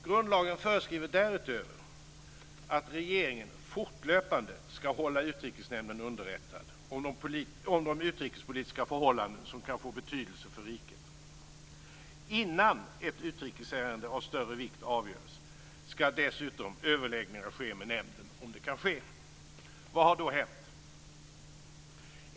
Grundlagen föreskriver därutöver att regeringen fortlöpande ska hålla Utrikesnämnden underrättad om de utrikespolitiska förhållanden som kan få betydelse för riket. Innan ett utrikesärende av större vikt avgörs ska dessutom överläggningar ske med nämnden, om så kan ske. Vad har då hänt?